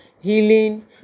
healing